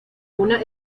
una